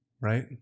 Right